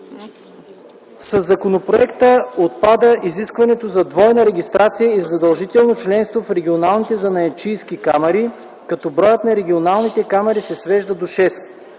Със законопроекта отпада изискването за двойна регистрация и за задължително членство в регионалните занаятчийски камари, като броят на регионалните камари се свежда до